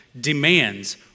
demands